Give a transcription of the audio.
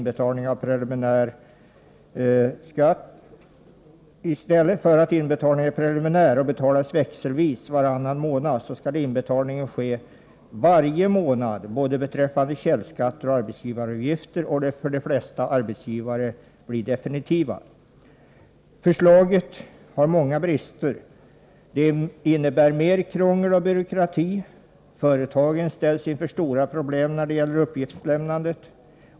I stället för att inbetalningen är preliminär och betalas växelvis varannan månad, skall inbetalningen ske varje månad både beträffande källskatter och arbetsgivaravgifter och dessutom för de flesta arbetsgivare bli definitiva. Förslaget har många brister. Det innebär mer krångel och byråkrati. Företagen kommer att ställas inför stora problem vid uppgiftslämnandet.